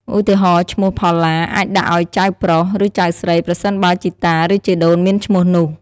ឧទាហរណ៍ ឈ្មោះ "ផល្លា" អាចដាក់ឱ្យចៅប្រុស ឬចៅស្រី ប្រសិនបើជីតា ឬជីដូនមានឈ្មោះនោះ។